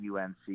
UNC